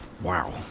Wow